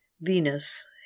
Venus